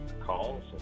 calls